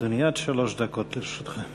בבקשה, אדוני, עד שלוש דקות לרשותך.